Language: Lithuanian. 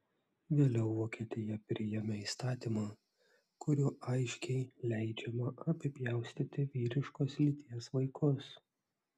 vėliau vokietija priėmė įstatymą kuriuo aiškiai leidžiama apipjaustyti vyriškos lyties vaikus